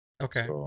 Okay